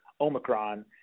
Omicron